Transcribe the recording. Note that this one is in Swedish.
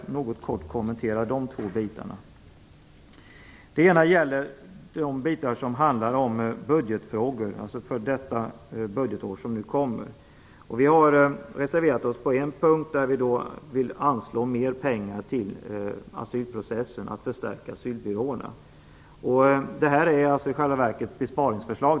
Jag skall något kort kommentera dessa två områden. Till att börja med gäller det budgetfrågor som rör det kommande budgetåret. Vi har reserverat oss på en punkt, nämligen att vi vill anslå mer pengar för att förstärka asylbyråerna i asylprocessen. Detta är i själva verket ett besparingsförslag.